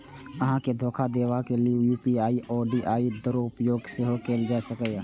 अहां के धोखा देबा लेल यू.पी.आई आई.डी के दुरुपयोग सेहो कैल जा सकैए